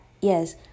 Yes